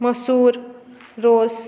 मसूर रोस